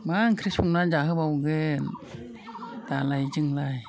मा ओंख्रि संना जाहोबावगोन दालाय जोंलाय